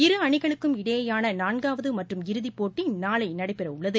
இரு அணிகளுக்கும் இடையேயான நான்காவது மற்றும் இறுதிப்போட்டி நாளை நடைபெறவுள்ளது